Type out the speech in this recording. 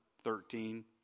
thirteen